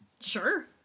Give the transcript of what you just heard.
Sure